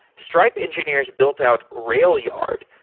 stripe engineers built out railyard,